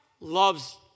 loves